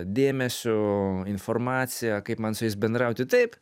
dėmesiu informacija kaip man su jais bendrauti taip